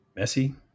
Messi